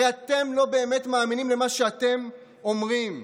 הרי אתם לא באמת מאמינים למה שאתם אומרים.